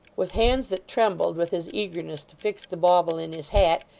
with hands that trembled with his eagerness to fix the bauble in his hat,